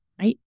Right